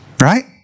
Right